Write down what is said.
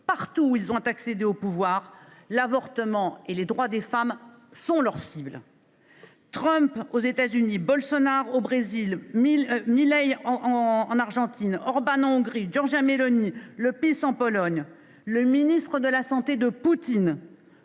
leur donne – ont accédé au pouvoir, l’avortement et les droits des femmes sont leurs cibles. Trump aux États Unis, Bolsonaro au Brésil, Milei en Argentine, Orbán en Hongrie, Meloni en Italie, Droit et justice (PiS) en Pologne, le ministre de la santé de Poutine…